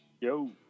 Yo